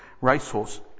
racehorse